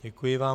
Děkuji vám.